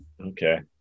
Okay